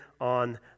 on